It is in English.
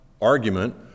argument